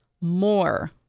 more